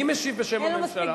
מי משיב בשם הממשלה?